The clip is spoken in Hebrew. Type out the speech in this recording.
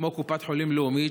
כמו קופת חולים לאומית,